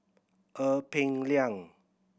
Ee Peng Liang